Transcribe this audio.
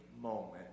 moment